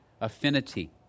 affinity